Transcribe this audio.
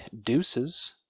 Deuces